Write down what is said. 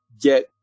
get